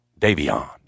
Davion